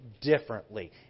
differently